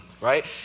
right